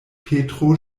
petro